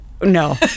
No